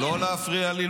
לא להפריע לי.